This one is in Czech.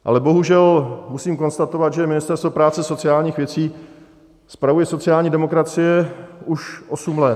Ale bohužel musím konstatovat, že Ministerstvo práce a sociálních věcí spravuje sociální demokracie už osm let.